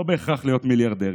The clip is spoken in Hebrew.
לא בהכרח להיות מיליארדרים,